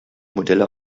modelle